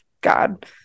God